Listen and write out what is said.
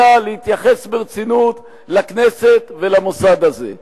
אלא להתייחס ברצינות לכנסת ולמוסד הזה.